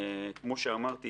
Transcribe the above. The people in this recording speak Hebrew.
כמו שאמרתי,